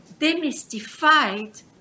demystified